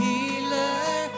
Healer